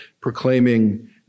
proclaiming